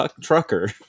trucker